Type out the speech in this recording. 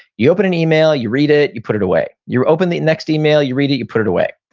you open an email, you read it, you put it away. you open the next email, you read it, you put it away.